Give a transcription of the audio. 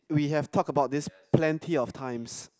we have talked about this plenty of times